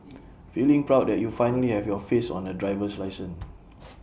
feeling proud that you finally have your face on A driver's license